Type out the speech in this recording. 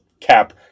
Cap